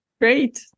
Great